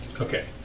Okay